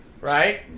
right